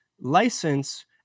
license